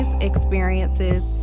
experiences